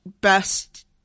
Best